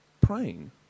praying